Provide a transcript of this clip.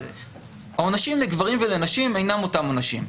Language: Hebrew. העונשים לגברים ולנשים אינם אותם עונשים.